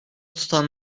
tutan